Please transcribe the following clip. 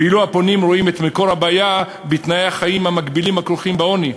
ואילו הפונים רואים את מקור הבעיה בתנאי החיים המגבילים הכרוכים בעוני.